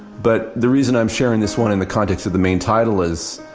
but the reason i'm sharing this one in the context of the main title is,